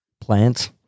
plants